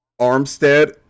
Armstead